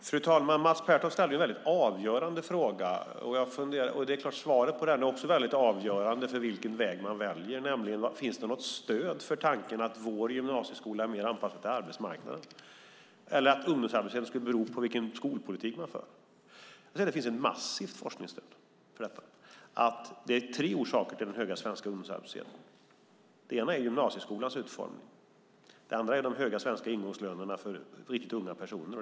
Fru talman! Mats Pertoft ställde en avgörande fråga. Svaret på den är också avgörande för vilken väg man väljer. Han undrade om det finns något stöd för tanken att vår gymnasieskola är mer anpassad till arbetsmarknaden eller att ungdomsarbetslösheten skulle bero på vilken skolpolitik man för. Det finns ett massivt forskningsstöd för detta. Det är tre orsaker till den höga svenska ungdomsarbetslösheten. Den första är gymnasieskolans utformning. Den andra är de höga svenska ingångslönerna för riktigt unga personer.